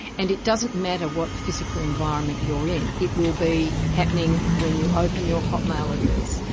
and it doesn't matter what physical environment you're in, it will be happening when you open your hotmail address,